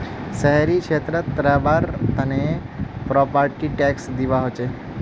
शहरी क्षेत्रत रहबार तने प्रॉपर्टी टैक्स दिबा हछेक